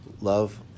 Love